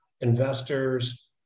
Investors